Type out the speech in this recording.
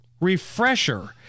refresher